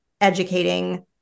educating